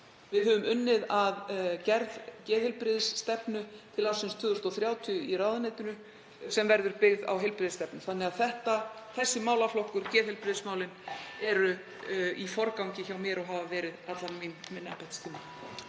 Við höfum unnið að gerð geðheilbrigðisstefnu til ársins 2030 í ráðuneytinu sem verður byggð á heilbrigðisstefnu. Þessi málaflokkur, geðheilbrigðismálin, eru í forgangi hjá mér og hafa verið allan minn embættistíma.